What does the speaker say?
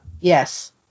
Yes